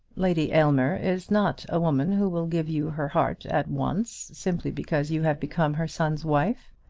lady aylmer is not a woman who will give you her heart at once, simply because you have become her son's wife.